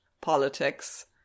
politics